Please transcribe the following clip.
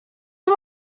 one